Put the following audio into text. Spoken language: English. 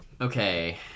okay